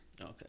Okay